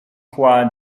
hua